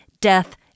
death